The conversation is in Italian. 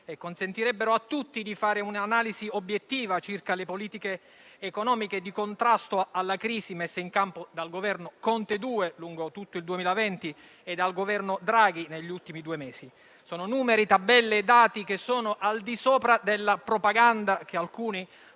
e consentirebbero a tutti di fare un'analisi obiettiva circa le politiche economiche di contrasto alla crisi messe in campo dal Governo Conte II, lungo tutto il 2020, e dal Governo Draghi, negli ultimi due mesi. Sono numeri, tabelle e dati che sono al di sopra della propaganda che alcuni